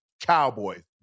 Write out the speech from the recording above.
Cowboys